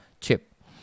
chip